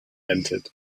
entered